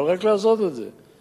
אבל רק לעשות את זה.